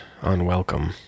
unwelcome